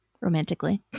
romantically